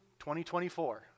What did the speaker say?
2024